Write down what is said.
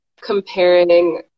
comparing